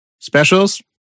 specials